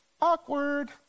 Awkward